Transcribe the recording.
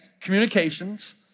communications